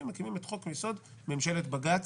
מקימים לגמרי את חוק-יסוד ממשלת בג"ץ.